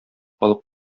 алып